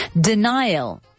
Denial